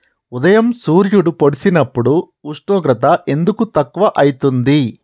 ఉదయం సూర్యుడు పొడిసినప్పుడు ఉష్ణోగ్రత ఎందుకు తక్కువ ఐతుంది?